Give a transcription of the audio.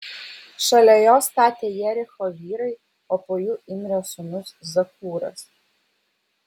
šalia jo statė jericho vyrai o po jų imrio sūnus zakūras